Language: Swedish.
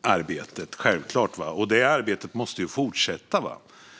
arbetet. Arbetet med detta måste fortsätta.